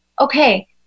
okay